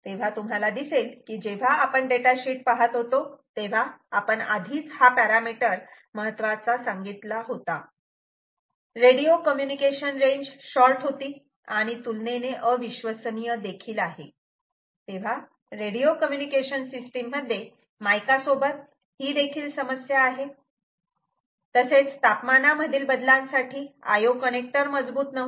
तेव्हा तुम्हाला दिसेल की जेव्हा आपण डेटा शीट पाहत होतो तेव्हा आपण आधीच हा पॅरामीटर महत्त्वाचा सांगितला होता रेडिओ कम्युनिकेशन रेंज शॉर्ट होती आणि तुलनेने अविश्वसनीय देखील आहे तेव्हा रेडिओ कम्युनिकेशन सिस्टीम मध्ये मायका सोबत हि देखील समस्या आहे तसेच तापमानामधील बदलांसाठी IO कनेक्टर IO connector मजबूत नव्हते